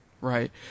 right